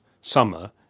summer